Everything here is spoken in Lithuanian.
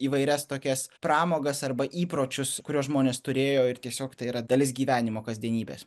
įvairias tokias pramogas arba įpročius kuriuos žmonės turėjo ir tiesiog tai yra dalis gyvenimo kasdienybės